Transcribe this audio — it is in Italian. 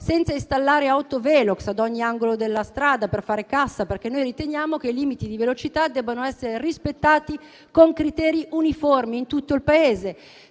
senza installare *autovelox* a ogni angolo della strada per fare cassa (noi riteniamo che i limiti di velocità debbano essere rispettati con criteri uniformi in tutto il Paese),